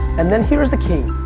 and then here is the key.